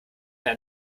der